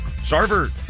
Sarver